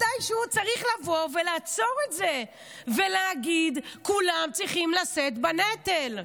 מתישהו צריך לבוא ולעצור את זה ולהגיד: כולם צריכים לשאת בנטל.